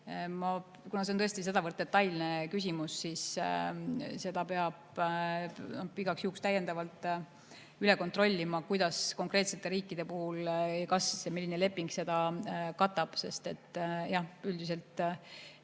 kuna see on tõesti sedavõrd detailne küsimus, siis ma pean seda igaks juhuks täiendavalt üle kontrollima, kuidas on konkreetsete riikide puhul, milline leping seda katab. Jah, üldiselt